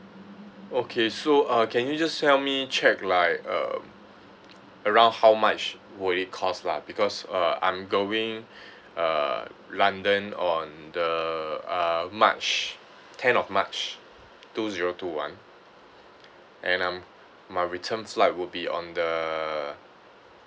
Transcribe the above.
okay so uh can you just help me check like uh around how much will it cost lah because uh I'm going uh london on the uh march ten of march two zero two one and um my return flight would be on the